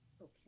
Okay